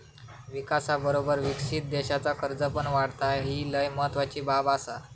विकासाबरोबर विकसित देशाचा कर्ज पण वाढता, ही लय महत्वाची बाब आसा